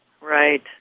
Right